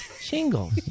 Shingles